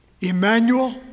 emmanuel